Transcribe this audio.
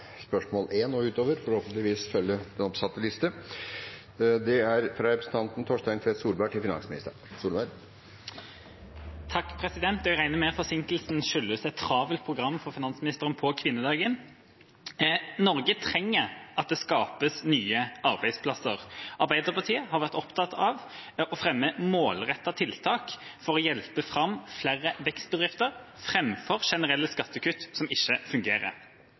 spørsmål nr. 1 – og vil forhåpentligvis kunne følge den oppsatte listen. Jeg regner med at forsinkelsen skyldes et travelt program for finansministeren på kvinnedagen. «Norge trenger nye arbeidsplasser, og Arbeiderpartiet fremmer målrettede løsninger for vekstbedrifter fremfor generelle skattekutt som ikke fungerer. I skatteforliket ba Stortinget regjeringen om å